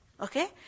Okay